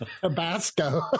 Tabasco